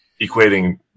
equating